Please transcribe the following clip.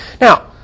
Now